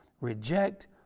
reject